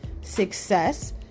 success